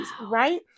right